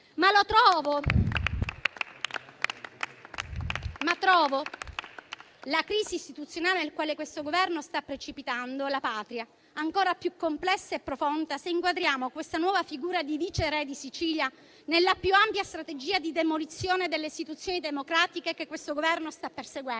Trovo la crisi istituzionale nel quale questo Governo sta precipitando la Patria ancora più complessa e profonda se inquadriamo questa nuova figura di viceré di Sicilia nella più ampia strategia di demolizione delle istituzioni democratiche che questo Governo sta perseguendo.